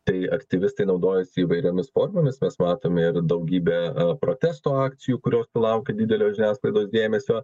tai aktyvistai naudojasi įvairiomis formomis mes matome ir daugybę protesto akcijų kurios sulaukė didelio žiniasklaidos dėmesio